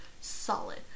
solid